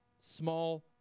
small